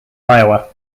iowa